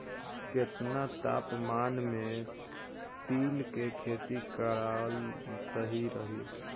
केतना तापमान मे तिल के खेती कराल सही रही?